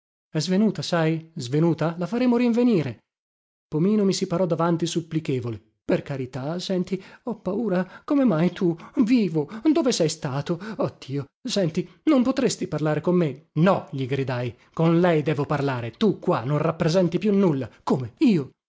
svenuta sai svenuta la faremo rinvenire pomino mi si parò davanti supplichevole per carità senti ho paura come mai tu vivo dove sei stato ah dio senti non potresti parlare con me no gli gridai con lei devo parlare tu qua non rappresenti più nulla come io